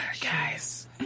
Guys